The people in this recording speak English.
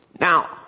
Now